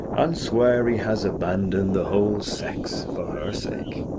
and swear he has abandoned the whole sex for her sake.